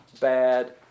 bad